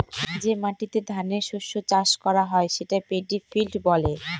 যে মাটিতে ধানের শস্য চাষ করা হয় সেটা পেডি ফিল্ড বলে